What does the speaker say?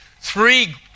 three